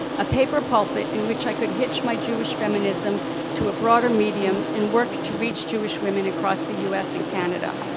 a paper pulpit in which i could hitch my jewish feminism to a broader medium and work to reach jewish women across the u s. and canada,